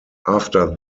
after